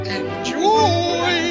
enjoy